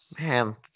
man